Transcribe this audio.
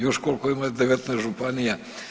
Još koliko ima 19 županija!